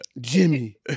Jimmy